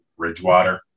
Ridgewater